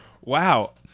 Wow